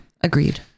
Agreed